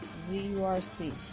Z-U-R-C